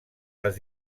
les